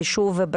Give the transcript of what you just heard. ושוב,